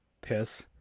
piss